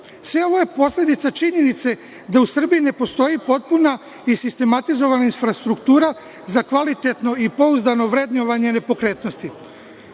Sve ovo je posledica činjenice da u Srbiji ne postoji potpuna i sistematizovana infrastruktura za kvalitetno i pouzdano vrednovanje nepokretnosti.U